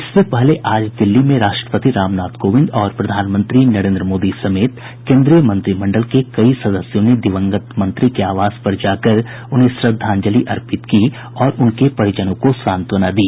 इससे पहले आज दिल्ली में राष्ट्रपति रामनाथ कोविंद और प्रधानमंत्री नरेन्द्र मोदी समेत केन्द्रीय मंत्रिमंडल के कई सदस्यों ने दिवंगत मंत्री के आवास जाकर उन्हें श्रद्धांजलि अर्पित की और उनके परिजनों को सांत्वना दी